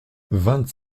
vingt